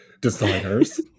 designers